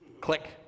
Click